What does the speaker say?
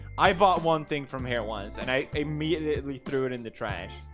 i bought one thing from here once and i immediately threw it in the trash.